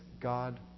God